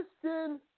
Christian